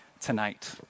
tonight